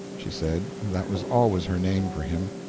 she said that was always her name for him.